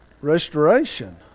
restoration